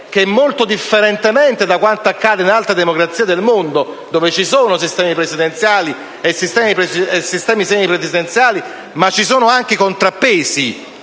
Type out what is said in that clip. - molto differentemente da quanto accade in altre democrazie del mondo dove esistono sistemi presidenziali e semipresidenziali, ma esistono anche i contrappesi